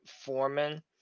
Foreman